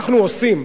אנחנו עושים.